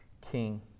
king